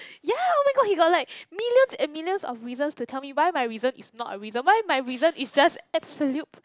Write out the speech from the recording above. ya oh-my-god he got like millions and millions of reasons to tell me why my reason is not a reason why my reason is just absolute